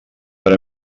per